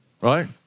right